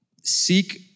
seek